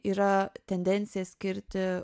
yra tendencija skirti